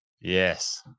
Yes